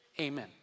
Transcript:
Amen